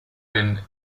been